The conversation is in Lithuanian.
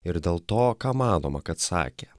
ir dėl to ką manoma kad sakė